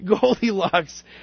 Goldilocks